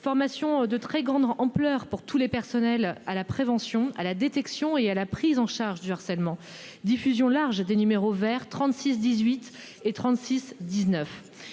formation de très grande ampleur pour tous les personnels à la prévention à la détection et à la prise en charge du harcèlement diffusion large des numéros verts 36 18 et 36 19.